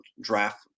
draft